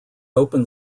open